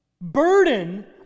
burden